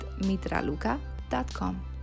mitraluka.com